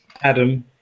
Adam